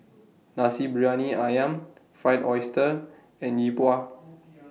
Nasi Briyani Ayam Fried Oyster and Yi Bua